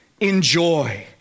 enjoy